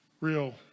real